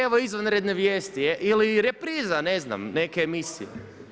Evo izvanredne vijesti ili repriza ne znam neke emisije.